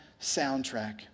soundtrack